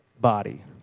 body